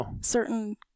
Certain